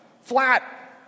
flat